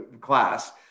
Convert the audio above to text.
class